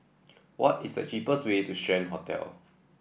what is the cheapest way to Strand Hotel